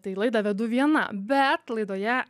tai laidą vedu viena bet laidoje